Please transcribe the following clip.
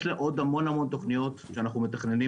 יש לנו עוד המון תוכניות שאנחנו מתכננים